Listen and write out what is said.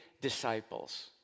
disciples